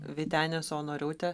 vytene saunoriūte